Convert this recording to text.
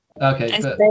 Okay